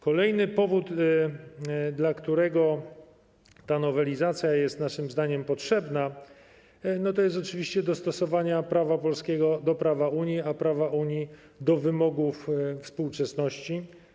Kolejny powód, dla którego ta nowelizacja jest naszym zdaniem potrzebna, stanowi oczywiście dostosowanie prawa polskiego do prawa Unii, a praw Unii - do wymogów współczesności.